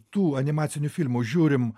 tų animacinių filmų žiūrim